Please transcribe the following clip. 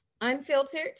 unfiltered